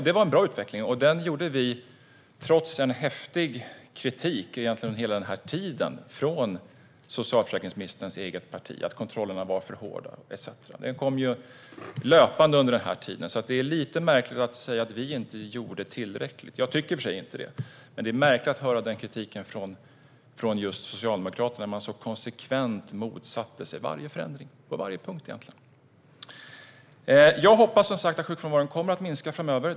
Det var en bra utveckling, och den åstadkom vi trots en häftig kritik under hela den tiden från socialförsäkringsministerns eget parti om att kontrollerna var för hårda etcetera. Den kritiken kom löpande under den här tiden. Det är alltså lite märkligt att säga att vi inte gjorde tillräckligt. Jag tycker att vi gjorde det, och det är märkligt att höra den kritiken från just Socialdemokraterna när man så konsekvent motsatte sig varje förändring på varje punkt. Jag hoppas som sagt att sjukfrånvaron kommer att minska framöver.